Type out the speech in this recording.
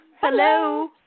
Hello